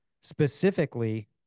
specifically